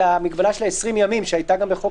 זה המגבלה של ה-20 ימים שהייתה גם בחוק